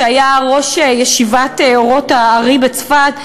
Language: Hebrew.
שהיה ראש ישיבת "אורות האר"י" בצפת,